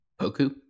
Poku